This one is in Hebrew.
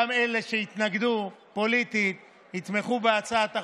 גם אלה שהתנגדו פוליטית, יתמכו בהצעת החוק,